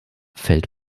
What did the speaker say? fällt